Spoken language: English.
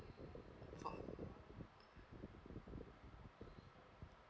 for